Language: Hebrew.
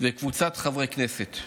וקבוצת חברי הכנסת.